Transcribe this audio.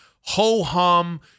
ho-hum